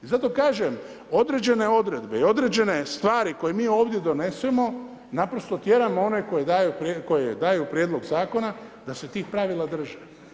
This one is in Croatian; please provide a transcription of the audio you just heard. I zato kažem, određene odredbe i određene stvari koje mi ovdje donesemo, naprosto tjeramo one koje daju prijedlog Zakona da se tih pravila drže.